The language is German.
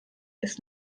ist